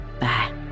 bye